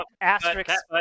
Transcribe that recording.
asterisks